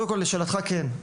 קודם כל לשאלתך, כן,